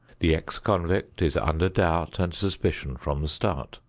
the ex-convict is under doubt and suspicion from the start.